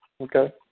Okay